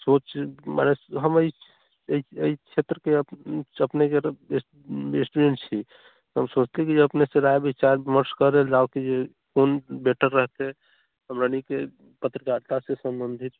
सोच मने हम एहि क्षेत्रके अपने स्टूडेन्ट छी तऽ हम सोचली कि जे अपनेसँ राय विचार विमर्श करल जाउ कि कोन बेटर रहतै हमरा लेली पत्रकारितासँ सम्बन्धित